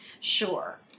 sure